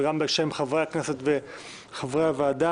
וגם בשם חברי הכנסת וחברי הוועדה,